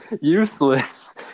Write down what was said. useless